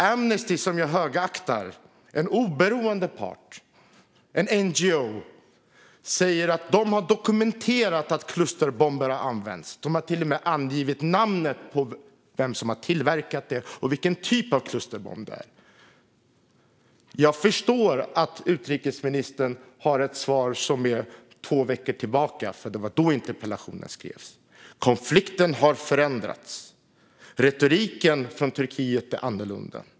Amnesty, som jag högaktar, en oberoende part och en NGO, säger att de har dokumenterat att klusterbomber har använts. De har till och med angivit namnet på vem som har tillverkat dem och vilken typ av klusterbomber det är fråga om. Jag förstår att utrikesministern har ett svar som handlar om hur det var för två veckor sedan, för det var då interpellationen skrevs. Konflikten har förändrats. Retoriken från Turkiet är annorlunda.